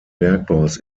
bergbaus